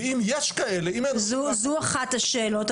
זו אחת השאלות.